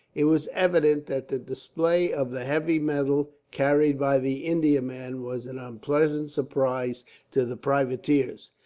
it was evident that the display of the heavy metal carried by the indiaman was an unpleasant surprise to the privateers.